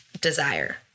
desire